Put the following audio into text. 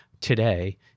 today